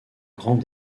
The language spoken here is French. grands